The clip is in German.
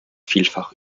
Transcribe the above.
vielfach